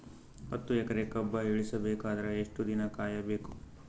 ಹತ್ತು ಎಕರೆ ಕಬ್ಬ ಇಳಿಸ ಬೇಕಾದರ ಎಷ್ಟು ದಿನ ಕಾಯಿ ಬೇಕು?